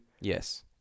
Yes